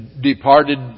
departed